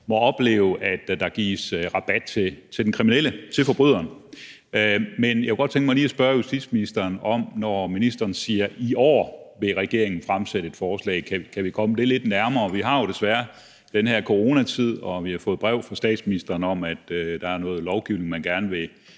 må opleve, at der gives rabat til den kriminelle, til forbryderen. Men jeg kunne godt tænke mig lige at spørge justitsministeren om noget, når ministeren siger, at regeringen i år vil fremsætte et forslag. Kan vi komme det lidt nærmere? Vi har jo desværre den her coronatid, og vi har fået brev fra statsministeren om, at der er noget lovgivning, man gerne vil